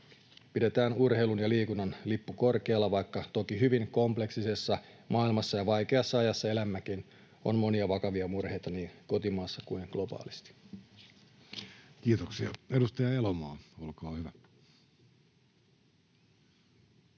Pidetään urheilun ja liikunnan lippu korkealla, vaikka toki hyvin kompleksisessa maailmassa ja vaikeassa ajassa elämmekin ja on monia vakavia murheita niin kotimaassa kuin globaalisti. [Speech 150] Speaker: